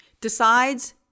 decides